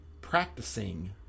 practicing